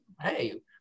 Hey